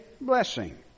blessing